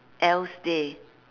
else day